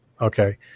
Okay